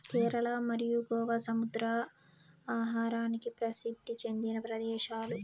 కేరళ మరియు గోవా సముద్ర ఆహారానికి ప్రసిద్ది చెందిన ప్రదేశాలు